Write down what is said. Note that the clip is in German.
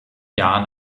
jahren